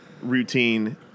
routine